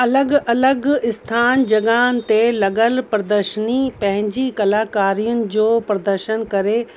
अलॻि अलॻि स्थान जॻहियुनि ते लॻियलु प्रदर्शनी पंहिंजी कलाकारीअनि जो प्रदर्शन करे